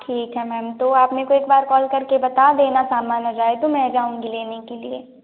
ठीक है मैम तो आप मेरे को एक बार कॉल करके बात देना सामान आ जाए तो मैं जाऊँगी लेने के लिए